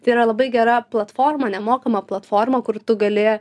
tai yra labai gera platforma nemokama platforma kur tu gali